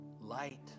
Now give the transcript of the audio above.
light